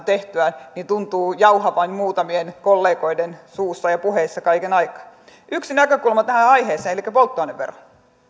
tehtyä tuntuu jauhettavan muutamien kollegojen suussa ja puheissa kaiken aikaa yksi näkökulma tähän aiheeseen elikkä polttoaineveroon